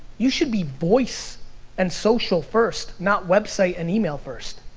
you should be voice and social first, not website and email first.